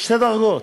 שתי דרגות.